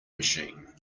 machine